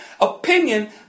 opinion